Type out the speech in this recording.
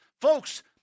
Folks